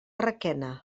requena